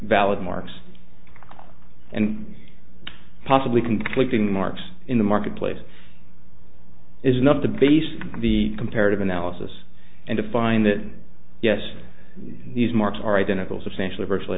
valid marks and possibly conflicting marks in the marketplace is enough to base the comparative analysis and to find that yes these marks are identical substantially virtually